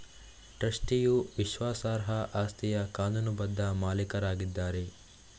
ಟ್ರಸ್ಟಿಯು ವಿಶ್ವಾಸಾರ್ಹ ಆಸ್ತಿಯ ಕಾನೂನುಬದ್ಧ ಮಾಲೀಕರಾಗಿದ್ದಾರೆ